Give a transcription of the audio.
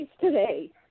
today